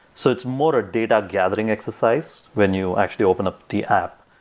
so it's more a data gathering exercise when you actually open up the app.